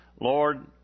Lord